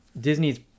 disney's